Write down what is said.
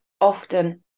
often